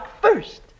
first